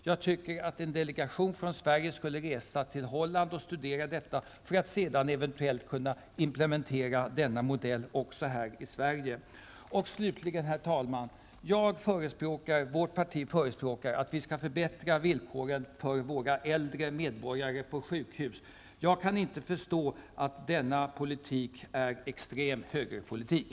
Jag tycker att en delegation från Sverige skall resa till Holland och studera detta system för att vi eventuellt skall kunna implementera denna modell också här i Slutligen, herr talman! Vårt parti förespråkar att vi skall förbättra villkoren för våra äldre medborgare på sjukhus. Jag kan inte förstå att denna politik skulle vara extrem högerpolitik.